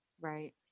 right